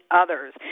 others